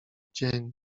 dzień